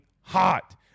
hot